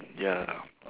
ya